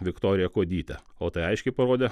viktorija kuodytė o tai aiškiai parodė